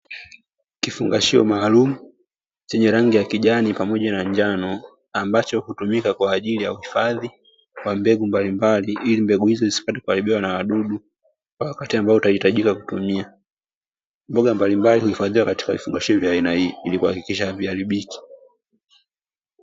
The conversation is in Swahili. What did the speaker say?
Kifungashio maalum chenye rangi ya kijani pamoja na njano ambacho hutumika kwa ajili ya uhifadhi wa mbegu mbalimbali ili mbegu hizo zipate kuharibiwa na wadudu kwa wakati ambao utahitajika kutumia katika mashairi ya aina hii ili haziaribiki